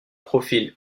profil